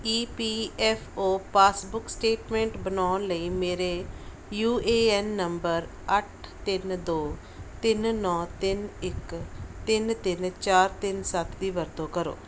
ਈ P F O passbook statement ਬਣਾਉਣ ਲਈ ਮੇਰੇ ਯੂ ਏ ਐਨ ਨੰਬਰ ਅੱਠ ਤਿੰਨ ਦੋ ਤਿੰਨ ਨੌਂ ਤਿੰਨ ਇੱਕ ਤਿੰਨ ਤਿੰਨ ਚਾਰ ਤਿੰਨ ਸੱਤ ਦੀ ਵਰਤੋਂ ਕਰੋ